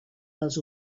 les